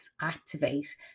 activate